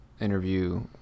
interview